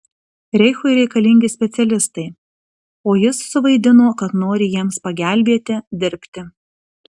reichui reikalingi specialistai o jis suvaidino kad nori jiems pagelbėti dirbti